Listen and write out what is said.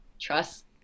trust